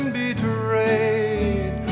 betrayed